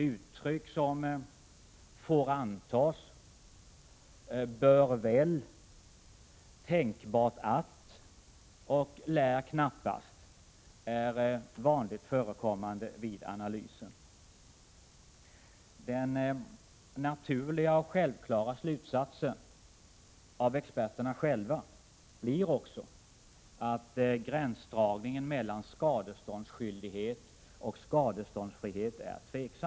Uttryck som ”får antas”, ”bör väl”, ”tänkbart att” och ”lär knappast” är vanligt förekommande vid analysen. Den naturliga och självklara slutsatsen av experterna själva blir också att de är tveksamma om gränsdragningen mellan skadeståndsskyldighet och skadeståndsfrihet.